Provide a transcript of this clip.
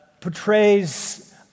portrays